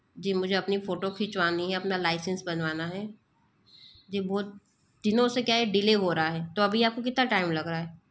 जी मुझे अपनी फोटो खिंचवानी है अपना लाइसेंस बनवाना है जो बहुत दिनों से क्या है डिले हो रहा है तो अभी आप को कितना टाइम लग रहा है